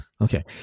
Okay